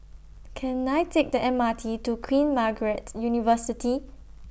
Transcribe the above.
Can I Take The M R T to Queen Margaret University